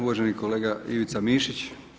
Uvaženi kolega Ivica Mišić.